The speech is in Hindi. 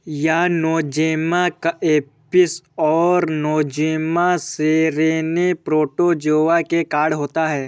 यह नोज़ेमा एपिस और नोज़ेमा सेरेने प्रोटोज़ोआ के कारण होता है